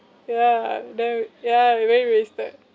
ya the ya wa~ very wasted